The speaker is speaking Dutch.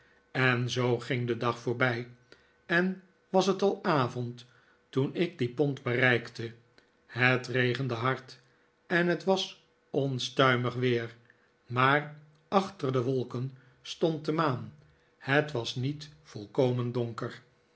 en zoo ging de dag voorbij en was het al avond toen ik die pont bereikte het regende hard en het was onstuimig weer maar achter de wolken stond de maan het was niet volkomen donker